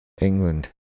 England